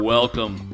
Welcome